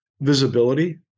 visibility